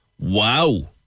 Wow